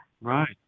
Right